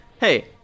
Hey